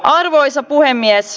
arvoisa puhemies